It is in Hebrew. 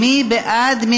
מי בעד?